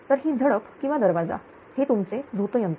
तर ही झडप किंवा दरवाजा हे तुमचे झोतयंत्र